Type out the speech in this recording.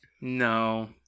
No